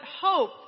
hope